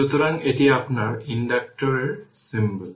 সুতরাং এটি আপনার ইন্ডাক্টর এর সিম্বল